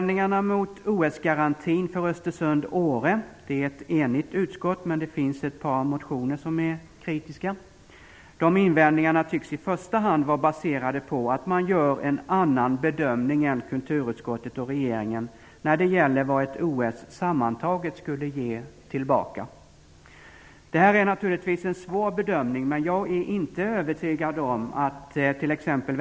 Det är ett enigt utskott som står bakom betänkandet. Det finns dock ett par motioner som är kritiska. Invändningarna mot OS-garantin för Östersund och Åre tycks i första hand vara baserade på att man gör en annan bedömning än kulturutskottet och regeringen när det gäller vad ett OS sammantaget skulle ge tillbaka. Det är naturligtvis en svår bedömning. Jag är inte övertygad om att t.ex.